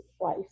wife